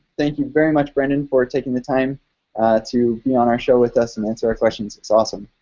thank you very much, brendan, for taking the time to be on our show with us and answer our questions. it's awesome.